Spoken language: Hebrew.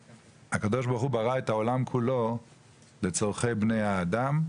ברוך הוא ברא את העולם כולו לצרכי בני האדם,